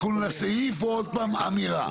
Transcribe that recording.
תיקון לסעיף או עוד פעם אמירה?